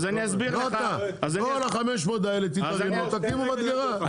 לא אתה, כל ה-500 האלה תתארגנו תקימו מדגרה.